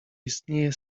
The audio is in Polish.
istnieje